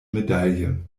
medaille